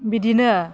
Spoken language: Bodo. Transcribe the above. बिदिनो